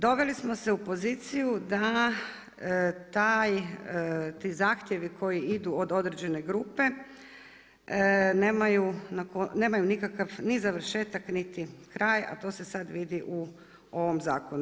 Doveli smo se u poziciju da taj, ti zahtjevi koji idu od određene grupe, nemaju nikakav ni završetak, niti kraj, a to se sad vidi u ovom zakonu.